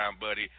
buddy